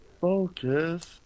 focus